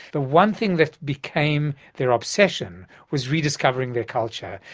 the one thing that became their obsession was rediscovering their culture,